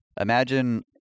imagine